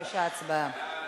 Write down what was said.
בבקשה, הצבעה.